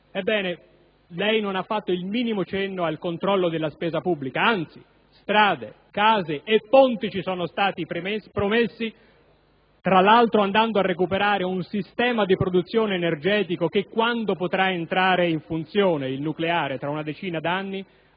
Ebbene, lei non ha fatto il minimo cenno al controllo della spesa pubblica; anzi, strade, case e ponti ci sono stati promessi, tra l'altro andando a recuperare un sistema di produzione energetica, il nucleare, che quando potrà entrare in funzione, tra una decina d'anni, avrà